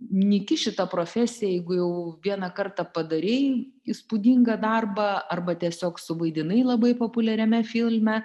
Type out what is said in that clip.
nyki šita profesija jeigu jau vieną kartą padarei įspūdingą darbą arba tiesiog suvaidinai labai populiariame filme